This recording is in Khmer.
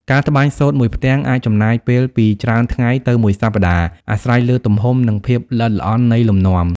ការត្បាញសូត្រមួយផ្ទាំងអាចចំណាយពេលពីច្រើនថ្ងៃទៅមួយសប្ដាហ៍ អាស្រ័យលើទំហំ និងភាពល្អិតល្អន់នៃលំនាំ។